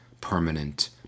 permanent